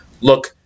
look